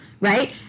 right